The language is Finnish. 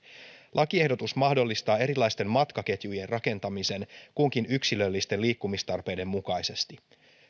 lakiehdotus mahdollistaa erilaisten matkaketjujen rakentamisen kunkin yksilöllisten liikkumistarpeiden mukaisesti